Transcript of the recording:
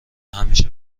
همیشه